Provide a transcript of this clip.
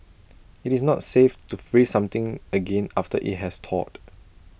IT is not safe to freeze something again after IT has thawed